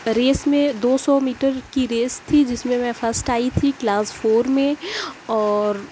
race میں دو سو میٹر کی ریس تھی جس میں میں فسٹ آئی تھی کلاس فور میں اور